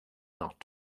not